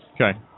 Okay